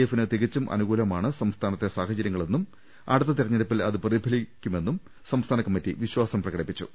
എഫിന് തികച്ചും അനുകൂലമാണ് സംസ്ഥാനത്തെ സാഹ ചര്യങ്ങളെന്നും അടുത്ത തിരഞ്ഞെടുപ്പിൽ അത് പ്രതിഫലിക്കുമെന്നും സംസ്ഥാന കമ്മിറ്റി വിശ്വാസം പ്രകടിപ്പിച്ചു